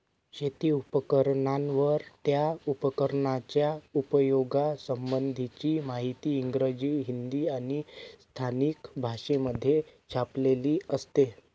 शेती उपकरणांवर, त्या उपकरणाच्या उपयोगा संबंधीची माहिती इंग्रजी, हिंदी आणि स्थानिक भाषेमध्ये छापलेली असते